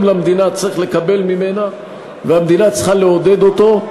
למדינה צריך לקבל ממנה והמדינה צריכה לעודד אותו,